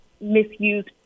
misused